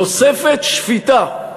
תוספת שפיטה.